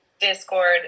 discord